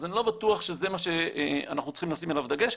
אז אני לא בטוח שזה מה שאנחנו צריכים לשים עליו דגש.